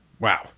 Wow